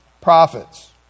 prophets